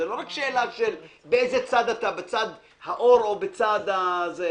זה לא רק שאלה באיזה צד אתה, בצד האור או בצד אחר.